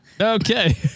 okay